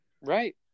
right